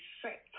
set